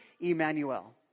Emmanuel